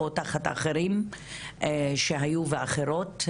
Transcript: או תחת אחרים ואחרות שהיו,